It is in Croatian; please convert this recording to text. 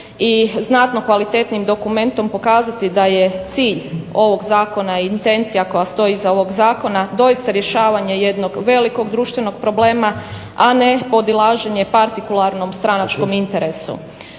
znatno kvalitetnijim dokumentom pokazati da je cilj ovog zakona, intencija koja stoji iza ovog zakona doista rješavanje jednog velikog društvenog problema, a ne podilaženje partikularnom stranačkom interesu.